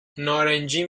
نارنجی